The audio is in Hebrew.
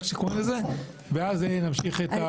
ואז נמשיך את הדיון.